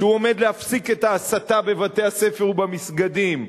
שהוא עומד להפסיק את ההסתה בבתי-הספר ובמסגדים,